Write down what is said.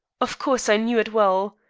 of course, i knew it well.